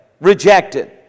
rejected